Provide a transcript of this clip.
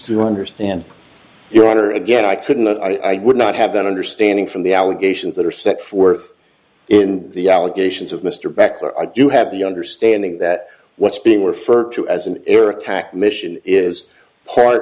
to understand your honor again i couldn't i would not have that understanding from the allegations that are set forth in the allegations of mr becker i do have the understanding that what's being referred to as an air attack mission is part